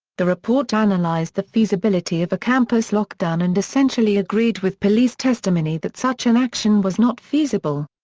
the report analyzed the feasibility of a campus lockdown and essentially agreed with police testimony that such an action was not feasible.